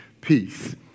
peace